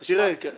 רחוק ממנו,